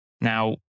Now